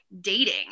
dating